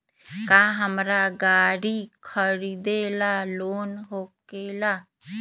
का हमरा गारी खरीदेला लोन होकेला?